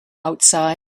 outside